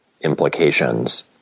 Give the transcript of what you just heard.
implications